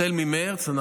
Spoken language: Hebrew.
החל ממרץ,